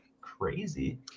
crazy